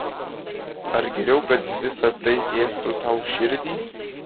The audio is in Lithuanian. ar geriau kad visa tai ėstų tau širdį